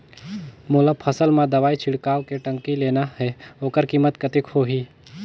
मोला फसल मां दवाई छिड़काव के टंकी लेना हे ओकर कीमत कतेक होही?